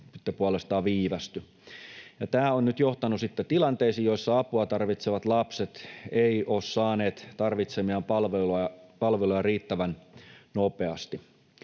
tämä on nyt johtanut sitten tilanteisiin, joissa apua tarvitsevat lapset eivät ole saaneet tarvitsemiaan palveluja riittävän nopeasti.